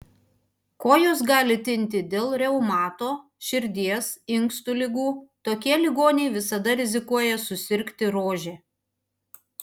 kojos gali tinti dėl reumato širdies inkstų ligų tokie ligoniai visada rizikuoja susirgti rože